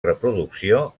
reproducció